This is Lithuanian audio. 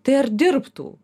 tai ar dirbtų